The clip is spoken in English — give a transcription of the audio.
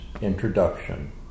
Introduction